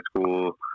school